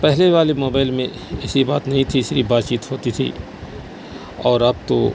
پہلے والے موبائل میں ایسی بات نہیں تھی صرف بات چیت ہوتی تھی اور اب تو